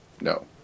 no